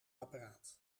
apparaat